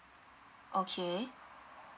okay